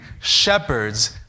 shepherds